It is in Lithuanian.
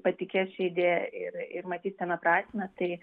patikės šia idėja ir ir maty tame prasmę tai